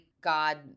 God